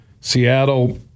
Seattle